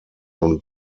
und